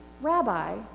Rabbi